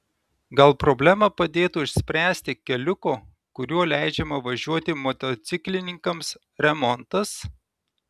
gal problemą padėtų išspręsti keliuko kuriuo leidžiama važiuoti motociklininkams remontas